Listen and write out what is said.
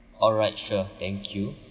alright sure thank you